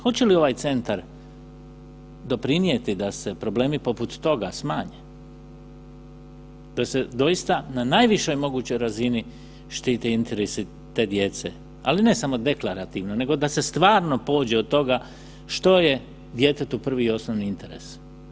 Hoće li ovaj centar doprinijeti da se problemi poput toga smanje, da se doista na najvišoj mogućoj razini štiti interesi te djece, ali ne samo deklarativno nego da se stvarno pođe od toga što je djetetu prvi i osnovni interes.